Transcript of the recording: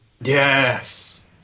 Yes